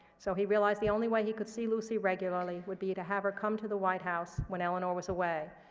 so he realized the only way he could see lucy regularly would be to have her come to the white house when eleanor was away.